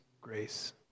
grace